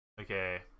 okay